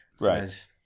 Right